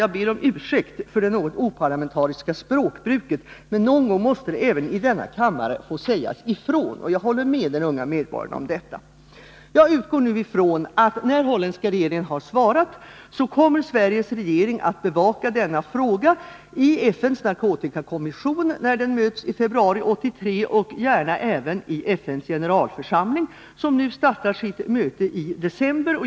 Jag ber om ursäkt för det något oparlamentariska språkbruket. Men någon gång måste det även i denna kammare få sägas ifrån. Jag håller med den unga medborgaren. Jag utgår från att Sveriges regering efter det att den holländska regeringen har svarat kommer att bevaka denna fråga i FN:s narkotikakommission när denna möts i februari 1983 och gärna även i FN:s generalförsamling som startar sitt möte i december.